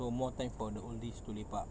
so more time for the oldies to lepak